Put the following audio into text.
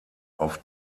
auf